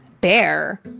Bear